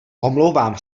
omlouvám